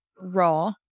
raw